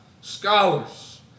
scholars